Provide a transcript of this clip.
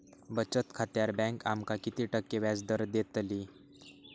बचत खात्यार बँक आमका किती टक्के व्याजदर देतली?